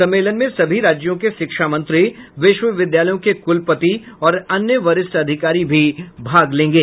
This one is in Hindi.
सम्मेलन में सभी राज्यों के शिक्षा मंत्री विश्वविद्यालयों के कुलपति और अन्य वरिष्ठ अधिकारी भी भाग लेंगे